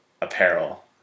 apparel